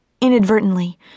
Inadvertently